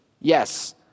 Yes